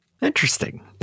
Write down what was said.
Interesting